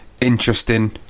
interesting